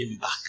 back